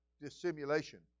dissimulation